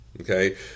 okay